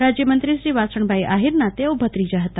રાજયમંત્રીશ્રી વાસણભાઈ આહિરના તેઓ ભત્રીજા હતા